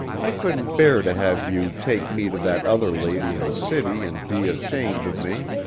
i couldn't bear to have you take me to that other lady in the city and be a-ashamed of me